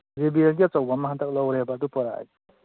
J B ꯑꯦꯜꯒꯤ ꯑꯆꯧꯕ ꯑꯃ ꯍꯟꯗꯛ ꯂꯧꯔꯦꯕ ꯑꯗꯨ ꯄꯨꯔꯛꯑꯒꯦ